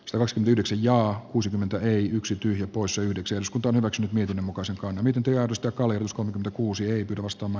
seos myydyksi ja kuusikymmentä ei yksi tyhjä poissa yhdeksän scutunevat miten muka sanoin miten työehdoista kalleus kun kuusiin perustama